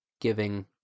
giving